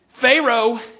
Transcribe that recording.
Pharaoh